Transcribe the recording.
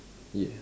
yeah